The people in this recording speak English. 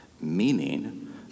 meaning